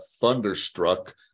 Thunderstruck